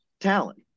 Talent